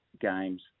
games